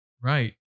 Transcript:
Right